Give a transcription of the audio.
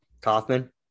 Kaufman